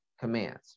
commands